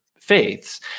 faiths